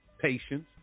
patience